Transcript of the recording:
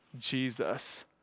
Jesus